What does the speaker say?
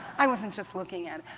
i wasn't just looking at